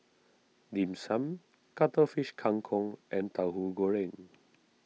Dim Sum Cuttlefish Kang Kong and Tauhu Goreng